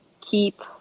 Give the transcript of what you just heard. keep